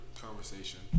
conversation